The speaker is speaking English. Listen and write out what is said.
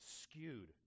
skewed